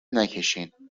نکشینالان